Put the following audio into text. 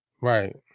Right